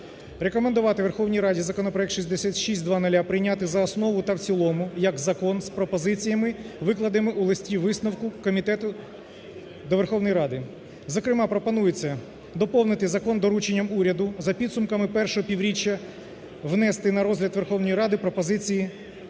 Рекомендувати Верховній Раді законопроект 6600 прийняти за основу та в цілому як закон з пропозиціями, викладеними у листі-висновку комітету до Верховної Ради. Зокрема пропонується доповнити закон дорученням уряду за підсумками І півріччя внести на розгляд Верховної Ради пропозиції